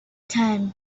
time